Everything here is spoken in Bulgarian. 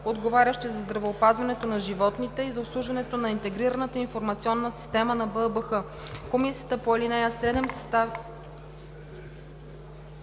отговарящи за здравеопазването на животните и за обслужването на Интегрираната информационна система на БАБХ.